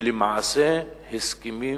שלמעשה הסכמים